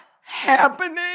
happening